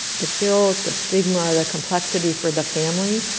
the guilt, the stigma, the complexity for the family,